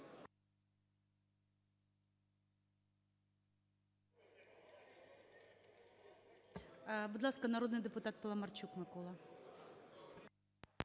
Будь ласка, народний депутат Паламарчук Микола.